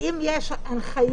האם יש הנחיות